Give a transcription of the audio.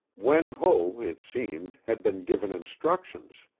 wen ho, it seemed, had been given instructions.